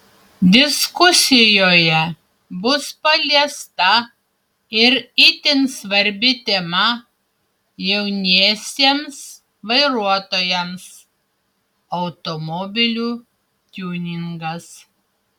diskusijoje bus paliesta ir itin svarbi tema jauniesiems vairuotojams automobilių tiuningas